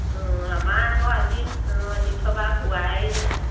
অঁ আমাৰ আকৌ আজি অঁ সিদ্ধভাগ হোৱাই নাই